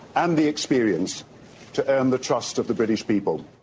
and the experience to earn the trust of the british people.